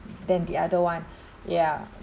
than the other one ya